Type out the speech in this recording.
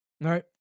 Right